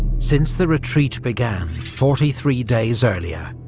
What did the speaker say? since the retreat began forty three days earlier,